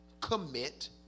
commit